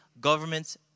governments